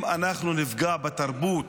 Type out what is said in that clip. אם אנחנו נפגע בתרבות,